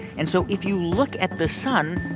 and so if you look at the sun,